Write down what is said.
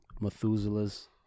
Methuselah's